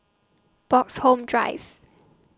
Bloxhome Drive